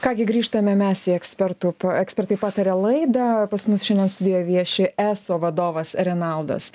ką gi grįžtame mes į ekspertų ekspertai pataria laidą pas mus šiandien studijoje vieši eso vadovas renaldas